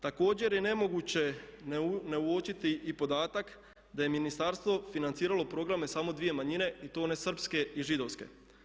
Također je nemoguće ne uočiti i podatak da je ministarstvo financiralo programe samo dvije manjine i to one srpske i židovske.